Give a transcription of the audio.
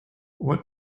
what